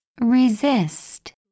resist